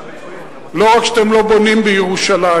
לא רק שאתם לא בונים בירושלים,